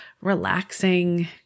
relaxing